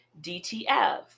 DTF